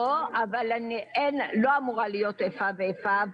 לא אמורה להיות איפה ואיפה,